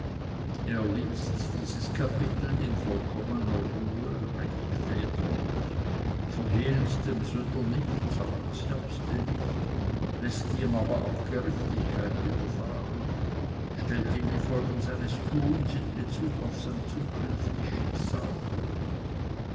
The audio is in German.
er liest dieses kapitel in vollkommener ruhe recht väterlich verhehlt dem sünder nichts auch das herbste nicht läßt ihm aber auch gerechtigkeit widerfahren stellt ihm die folgen seines tuns in bezug auf sein zukünftig schicksal vor